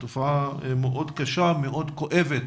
תופעה מאוד קשה ומאוד כואבת,